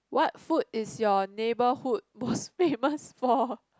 what food is your neighbourhood most famous for